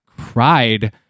cried